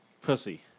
pussy